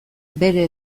bere